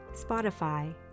Spotify